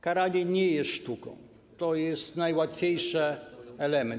Karanie nie jest sztuką, to jest najłatwiejszy element.